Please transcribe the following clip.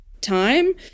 time